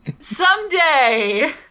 Someday